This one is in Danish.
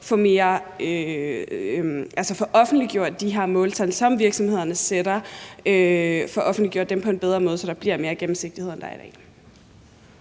få offentliggjort de her måltal, som virksomhederne sætter, altså få offentliggjort dem på en bedre måde, så der bliver mere gennemsigtighed, end der er i dag.